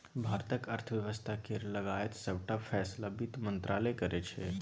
भारतक अर्थ बेबस्था केर लगाएत सबटा फैसला बित्त मंत्रालय करै छै